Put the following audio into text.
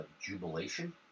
jubilation